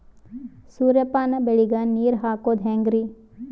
ಸೂರ್ಯಪಾನ ಬೆಳಿಗ ನೀರ್ ಹಾಕೋದ ಹೆಂಗರಿ?